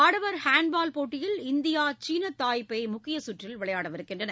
ஆடவர் ஹேன்டுபால் போட்டியில் இந்தியா சீன தாய்பேய் முக்கிய சுற்றில் விளையாடுகிறது